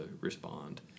respond